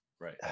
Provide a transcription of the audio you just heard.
right